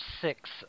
six